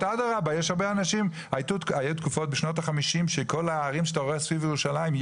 היו תקופות בשנות החמישים שכל ההרים שאתה רואה סביב ירושלים,